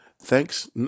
Thanks